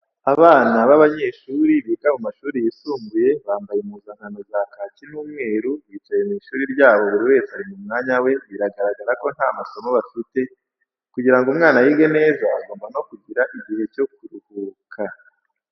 Abana b'abanyeshuri biga mu mashuri yisumbuye bamabaye impuzankano za kaki n'umweru bicaye mw'ishuri ryabo buri wese ari mu mwanya we biragaragara ko nta masomo bafite , kugirango umwana yige neza agomba no kugira igihe cyo kuruhuka.